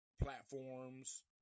platforms